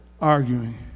Arguing